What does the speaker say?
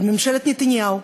על ממשלת נתניהו,